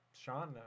Sean